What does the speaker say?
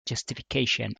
justification